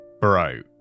bro